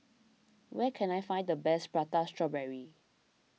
where can I find the best Prata Strawberry